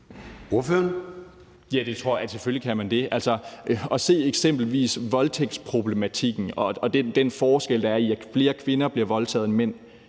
Bjørn (DF): Ja, det tror jeg. Selvfølgelig kan man det. Altså, at se eksempelvis voldtægtsproblematikken og den forskel, der er i, at flere kvinder bliver voldtaget end mænd,